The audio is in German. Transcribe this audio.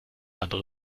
andere